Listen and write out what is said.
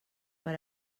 per